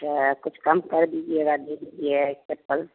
अच्छा कुछ कम कर दीजिएगा दे दीजिए एक चप्पल